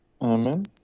Amen